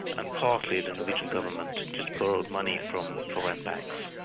and partly the norwegian government just borrowed money from foreign banks.